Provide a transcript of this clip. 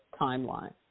timeline